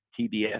TBS